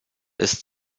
ist